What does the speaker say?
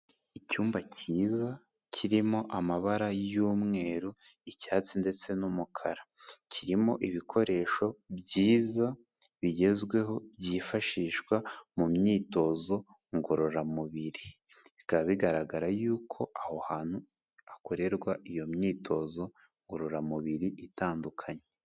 Icyumba cyiza kirimo amabara y'umweru, icyatsi ndetse n'umukara, kirimo ibikoresho byiza bigezweho byifashishwa mu myitozo ngororamubiri, bikaba bigaragara yuko aho hantu hakorerwa iyo myitozo ngororamubiri itandukanye.